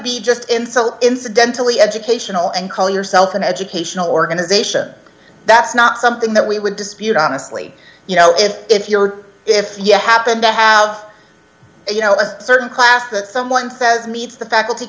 be just insult incidentally educational and call yourself an educational organization that's not something that we would dispute honestly you know if if you're if you happen to have you know a certain class that someone says meets the faculty